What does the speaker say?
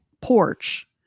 porch